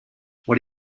what